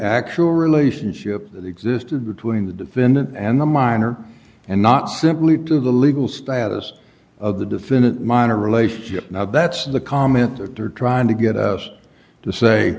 actual relationship that existed between the defendant and the minor and not simply to the legal status of the defendant minor relationship now that's the comment that they're trying to get us to say